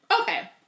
Okay